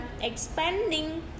expanding